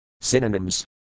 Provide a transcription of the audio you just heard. Synonyms